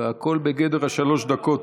והכול בגדר שלוש הדקות.